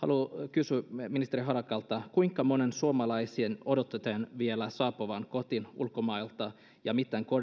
kysyä ministeri harakalta kuinka monen suomalaisen odotetaan vielä saapuvan kotiin ulkomailta ja